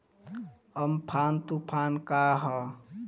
Amphan तुफान का ह?